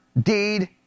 deed